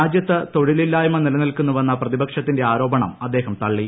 രാജ്യത്ത് തൊഴിലില്ലായ്മ നിലനിൽക്കുന്നുവെന്ന പ്രതിപക്ഷത്തിന്റെ ആരോപണം അദ്ദേഹം തള്ളി